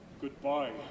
Goodbye